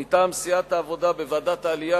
מטעם סיעת העבודה: בוועדת העלייה,